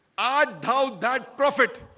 i doubt that prophet